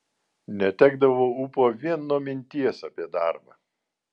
netekdavau ūpo vien nuo minties apie darbą